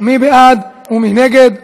מי בעד ומי נגד?